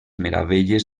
meravelles